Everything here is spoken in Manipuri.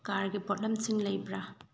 ꯀꯥꯔꯒꯤ ꯄꯣꯠꯂꯝꯁꯤꯡ ꯂꯩꯕ꯭ꯔꯥ